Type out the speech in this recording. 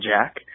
Jack